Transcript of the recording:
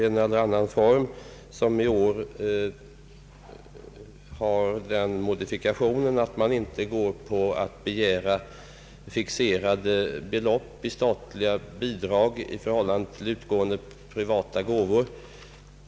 Den har i år den modifikationen att motionärerna inte begär fixerade belopp i statliga bidrag i förhållande till utgående privata gåvor.